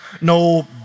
no